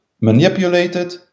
manipulated